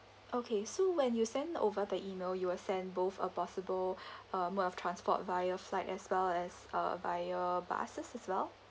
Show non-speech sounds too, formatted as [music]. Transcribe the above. okay so when you send over the email you will send both a possible [breath] uh mode of transport via flight as well as uh via buses as well